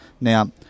Now